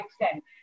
extent